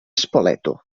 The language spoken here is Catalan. spoleto